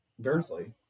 Dursley